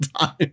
time